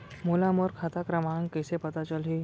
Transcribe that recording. मोला मोर खाता क्रमाँक कइसे पता चलही?